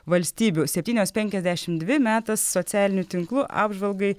valstybių septynios penkiasdešimt dvi metas socialinių tinklų apžvalgai